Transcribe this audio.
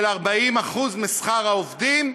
של 40% משכר העובדים,